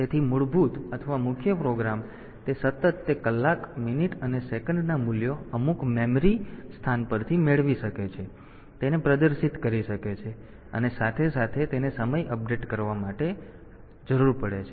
તેથી મૂળભૂત અથવા મુખ્ય પ્રોગ્રામ તે સતત તે કલાક મિનિટ અને સેકન્ડના મૂલ્યો અમુક મેમરી સ્થાન પરથી મેળવી શકે છે અને તેને પ્રદર્શિત કરી શકે છે અને સાથે સાથે તેને સમય અપડેટ કરવા માટે સમય અપડેટ કરવાની જરૂર છે